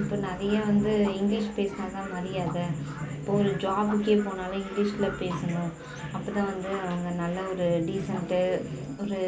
இப்போ நிறையா வந்து இங்கிலீஷ் பேசுனால் தான் மரியாதை இப்போ ஒரு ஜாபுக்கே போனாலும் இங்கிலீஷ்ல பேசணும் அப்பதான் வந்து அவங்க நல்ல ஒரு டீசண்ட் ஒரு